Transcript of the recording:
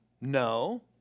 No